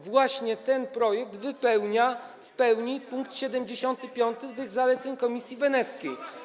Właśnie ten projekt wypełnia w pełni pkt 75 tych zaleceń Komisji Weneckiej.